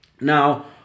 now